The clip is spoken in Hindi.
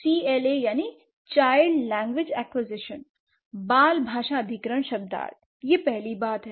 सी एल ए बाल भाषा अधिग्रहण शब्दार्थ यह पहली बात है